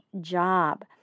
job